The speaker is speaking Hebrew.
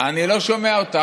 אני לא שומע אותך.